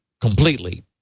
completely